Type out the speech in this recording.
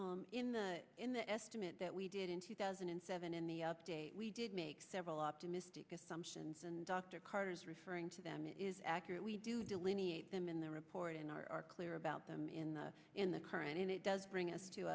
the in the estimate that we did in two thousand and seven in the update we did make several optimistic assumptions and dr carter's referring to them is accurate we do delineate them in the report and are clear about them in the in the current and it does bring us to